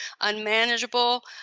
unmanageable